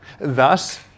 thus